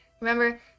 Remember